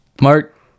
mark